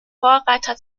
vorreiter